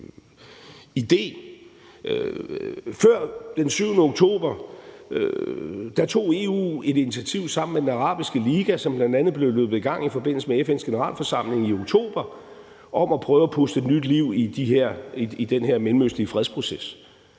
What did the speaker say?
Før den 7. oktober tog EU sammen med den arabiske liga et initiativ, som bl.a. blev løbet i gang i forbindelse med FN's Generalforsamling i oktober, om at prøve at puste nyt liv i den her mellemøstlige fredsproces.